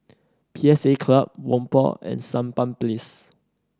P S A Club Whampoa and Sampan Place